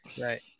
right